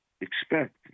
expect